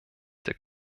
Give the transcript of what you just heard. der